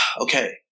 okay